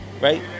right